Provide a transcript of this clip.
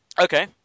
Okay